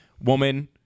woman